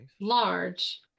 Large